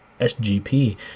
SGP